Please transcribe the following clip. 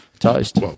Toast